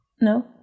No